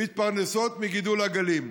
מתפרנסות מגידול עגלים.